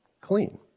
Clean